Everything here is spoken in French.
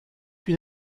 une